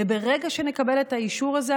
וברגע שנקבל את האישור הזה,